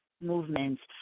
movements